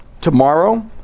tomorrow